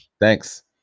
Thanks